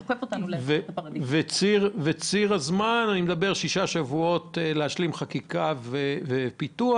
וציר הזמן הוא שישה שבועות להשלמת חקיקה ופיתוח.